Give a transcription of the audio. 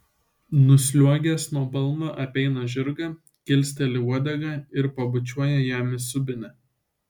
nusliuogęs nuo balno apeina žirgą kilsteli uodegą ir pabučiuoja jam į subinę